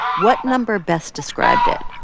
what number best described it?